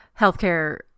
healthcare